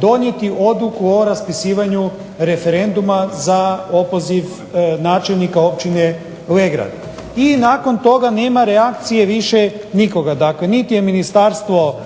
donijeti odluku o raspisivanju referenduma za opoziv načelnika općine Legrad. I nakon toga nema reakcije više nikoga. Dakle, niti je Ministarstvo